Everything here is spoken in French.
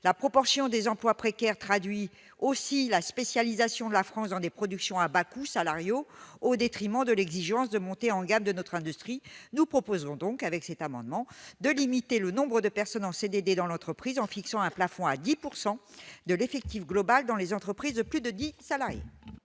la proportion des emplois précaires, traduit aussi la spécialisation de la France dans des productions à Bakou salariaux au détriment de l'exigence de montée en gamme de notre industrie, nous proposons donc avec cet amendement, de limiter le nombre de personnes en CDD dans l'entreprise, en fixant un plafond à 10 pourcent de l'effectif global dans les entreprises de plus de 10 salariés.